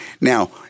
Now